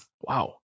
Wow